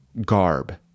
garb